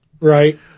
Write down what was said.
Right